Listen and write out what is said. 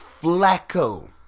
Flacco